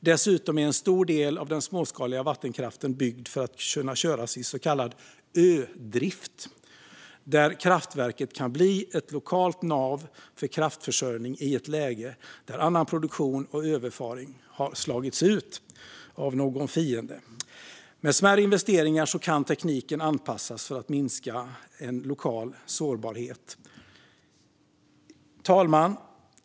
Dessutom är en stor del av den småskaliga vattenkraften byggd för att kunna köras i så kallad ödrift, där kraftverket kan bli ett lokalt nav för kraftförsörjning i ett läge där annan produktion och överföring har slagits ut av någon fiende. Med smärre investeringar kan tekniken anpassas för att minska lokal sårbarhet. Fru talman!